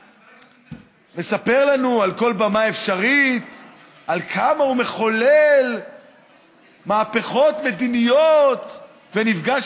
שמספר לנו על כל במה אפשרית כמה הוא מחולל מהפכות מדיניות ונפגש